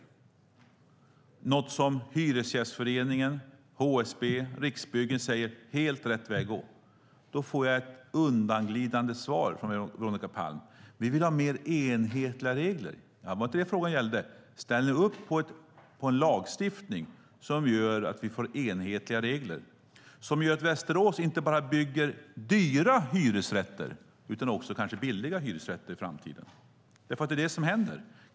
Det är något som Hyresgästföreningen, HSB och Riksbyggen säger är helt rätt väg att gå. Då får jag ett undanglidande svar från Veronica Palm: Vi vill ha mer enhetliga regler. Ja, men det var inte det frågan gällde. Ställer ni upp på en lagstiftning som gör att vi får enhetliga regler och som gör att Västerås bygger inte bara dyra hyresrätter utan kanske också billiga hyresrätter i framtiden? Det är ju det som händer.